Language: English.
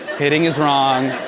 hitting is wrong.